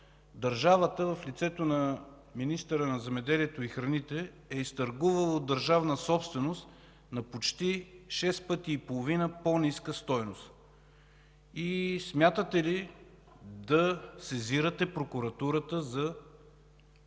държавата в лицето на министъра на земеделието и храните е изтъргувало държавна собственост на почти шест пъти и половина по-ниска стойност. Смятате ли да сезирате прокуратурата за